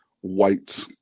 white